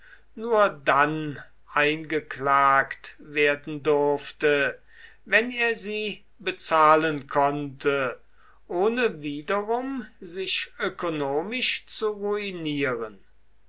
nur dann eingeklagt werden durfte wenn er sie bezahlen konnte ohne wiederum sich ökonomisch zu ruinieren